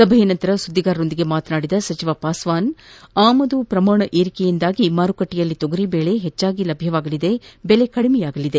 ಸಭೆಯ ನಂತರ ಸುದ್ದಿಗಾರರೊಂದಿಗೆ ಮಾತನಾಡಿದ ಸಚಿವ ಪಾಸ್ಲಾನ್ ಆಮದು ಪ್ರಮಾಣ ಏರಿಕೆಯಿಂದಾಗಿ ಮಾರುಕಟ್ಟೆಯಲ್ಲಿ ತೊಗರಿಬೇಳೆ ಹೆಚ್ಚಾಗಿ ಲಭ್ಯವಾಗಲಿದ್ದು ಬೆಲೆ ಕಡಿಮೆಯಾಗಲಿದೆ